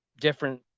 different